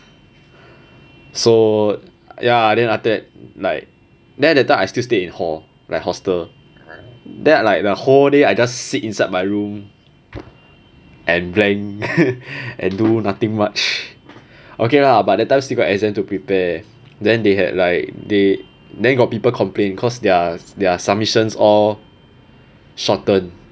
so ya then after that like then that time I still stay in hall like hostel then like the whole day I just sit inside my room and blank and do nothing much okay lah but that time still got exam to prepare then they had like they then got people complain cause their their submissions all shortened